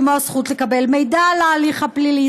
כמו הזכות לקבל מידע על ההליך הפלילי,